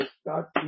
start